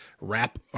wrap